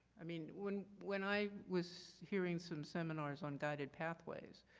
i mean when when i was hearing some seminars on guided pathways,